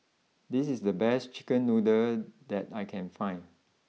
this is the best Chicken Noodle that I can find